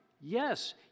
Yes